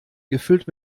gefüllt